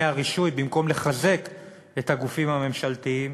הרישוי במקום לחזק את הגופים הממשלתיים.